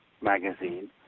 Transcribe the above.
magazine